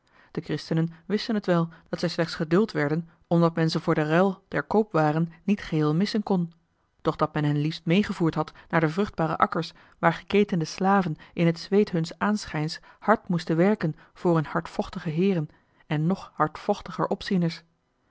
de christenen wisten het wel dat zij slechts geduld werden omdat men ze voor den ruil der koopwaren niet geheel missen kon doch dat men hen liefst meegevoerd had naar de vruchtbare akkers waar geketende slaven in het zweet huns aanschijns hard moesten werken voor hun hardvochtige heeren en nog hardvochtiger opzieners